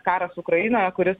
karas ukrainoje kuris